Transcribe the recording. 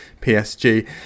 PSG